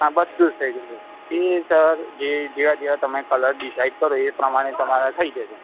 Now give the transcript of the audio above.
હા બધું જ થઈ જશે સર એ સર જે જેવા જેવા તમે કલર ડીસાઈડ કરો એ પ્રમાણે તમારા થઈ જશે